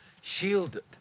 shielded